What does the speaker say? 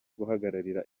guhagararira